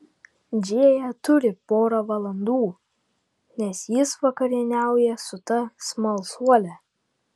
džėja turi porą valandų nes jis vakarieniauja su ta smalsuole